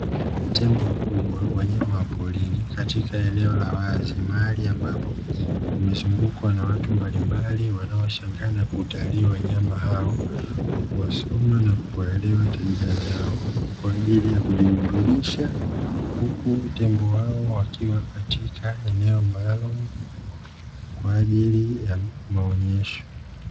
Tembo wakubwa wanyama wa porini katika eneo la wazi, mahali ambapo pamezungukwa na watu mbalimbali wanaoshangaa na kutalii wanyama hao kwa kuwasoma na kuelewa tabia zao kwa ajili ya kujiburudisha, huku tembo hao wakiwa katika eneo maalumu kwa ajili ya maonyesho.